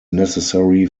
necessary